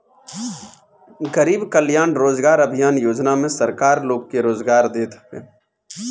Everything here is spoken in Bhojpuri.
गरीब कल्याण रोजगार अभियान योजना में सरकार लोग के रोजगार देत हवे